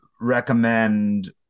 recommend